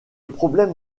problème